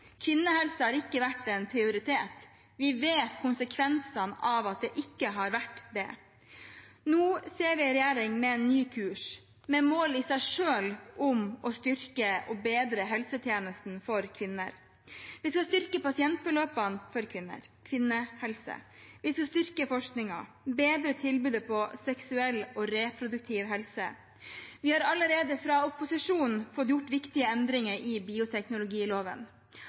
har ikke vært en prioritet. Vi vet konsekvensene av at det ikke har vært det. Nå ser vi en regjering med en ny kurs, med et mål i seg selv om å styrke og bedre helsetjenesten for kvinner. Vi skal styrke pasientforløpene for kvinner, kvinnehelse. Vi skal styrke forskningen, bedre tilbudet på seksuell og reproduktiv helse. Vi har allerede fra opposisjon fått gjort viktige endringer i bioteknologiloven.